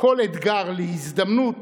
כל אתגר להזדמנות